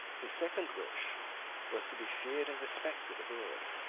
his second wish was to be feared and respected abroad.